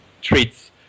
treats